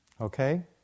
Okay